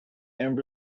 and